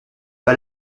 pas